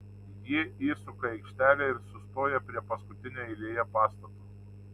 ji įsuka į aikštelę ir sustoja prie paskutinio eilėje pastato